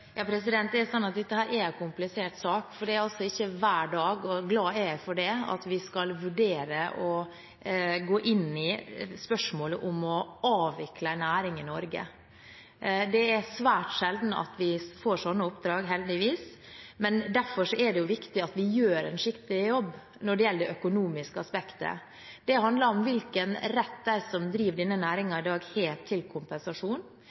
Dette er en komplisert sak, for det er ikke hver dag – og glad er jeg for det – vi skal vurdere og gå inn i spørsmålet om å avvikle en næring i Norge. Det er heldigvis svært sjelden at vi får slike oppdrag, men derfor er det jo viktig at vi gjør en skikkelig jobb når det gjelder det økonomiske aspektet. Det handler om hvilken rett de som driver i denne næringen i dag, har til kompensasjon.